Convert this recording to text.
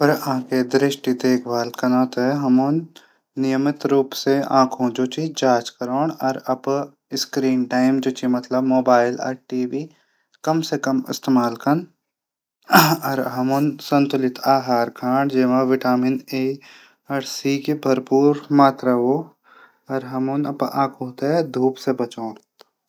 आंखा दृष्टि देखभाल कनू थै हमन नियमित रूप से आंखो जांच करण अपड स्क्रीन टाइम टीवी कम से कम इस्तेमाल कन और हमन संतुलित आहार खाण जैमा वह विटामिन सी की भरपूर मात्रा हो। अर हमन अपड आंखो थै धूप से बचाण